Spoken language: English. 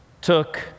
took